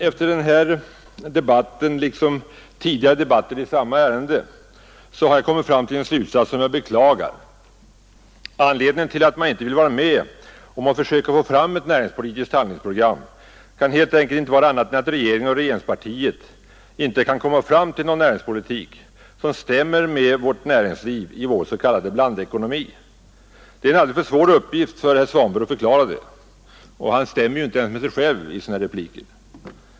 Efter denna debatt liksom efter tidigare debatter i samma ärende har jag kommit fram till en slutsats som jag beklagar. Anledningen till att man inte vill vara med om att försöka få fram ett näringspolitiskt handlingsprogram kan helt enkelt inte vara någon annan än att regeringen och regeringspartiet inte kan komma fram till någon näringspolitik som stämmer med vårt näringsliv i vår s.k. blandekonomi. Det är en alldeles för svår uppgift för herr Svanberg att förklara det, och han stämmer ju inte ens med sig själv i sina repliker.